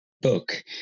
book